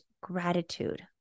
gratitude